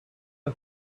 and